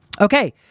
Okay